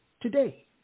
today